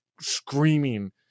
screaming